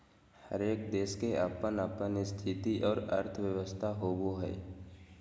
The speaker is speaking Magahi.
हरेक देश के अपन अपन स्थिति और अर्थव्यवस्था होवो हय